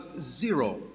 zero